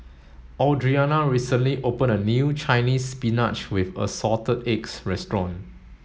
Audriana recently opened a new Chinese spinach with assorted eggs restaurant